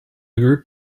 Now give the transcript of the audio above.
group